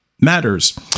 Matters